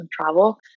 Travel